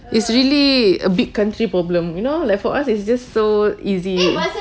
it's really a big country problem you know like for us it's just so easy